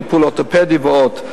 טיפול אורתופדי ועוד?